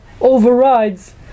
Overrides